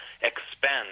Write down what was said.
expend